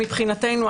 מבחינתנו,